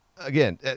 Again